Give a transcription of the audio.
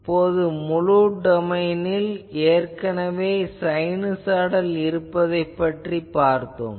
இப்போது முழு டொமைனில் ஏற்கனவே சைனுசாய்டல் பற்றிப் பார்த்தோம்